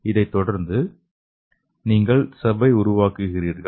இதைத் தொடர்ந்து நீங்கள் சவ்வை உருவாக்குகிறீர்கள்